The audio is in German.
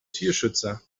tierschützer